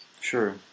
Sure